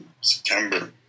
September